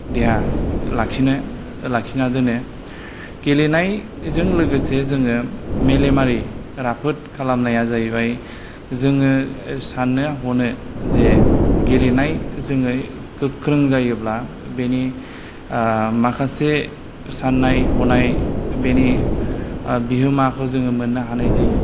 देहा लाखिनो लाखिना दोनो गेलेनायजों लोगोसे जोङो मेलेमारि राफोद खालामनाया जाहैबाय जोङो सान्नो हनो जे गेलेनाय जोङो गोख्रों जायोब्ला बेनि माखासे सान्नाय हनाय बेनि बिहोमाखौ जोङो मोन्नो हानाय जायो